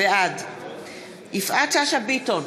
בעד יפעת שאשא ביטון,